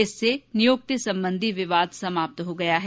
इससे निय्क्ति संबंधी विवाद समाप्त हो गया है